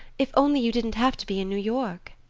if only you didn't have to be in new york.